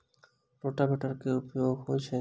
रोटावेटरक केँ उपयोग छैक?